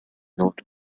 not